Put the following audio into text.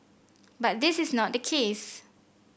but this is not the case